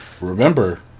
Remember